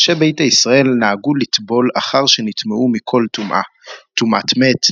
אנשי ביתא ישראל נהגו לטבול לאחר שנטמאו מכל טומאה טומאת מת,